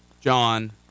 John